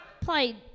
Play